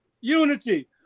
unity